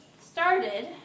started